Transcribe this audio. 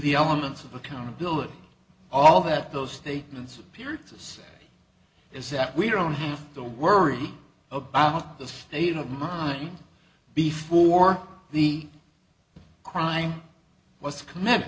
the elements of accountability all that those statements appearances is that we don't have to worry about the state of mind before the crying was committed